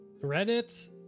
reddit